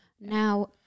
now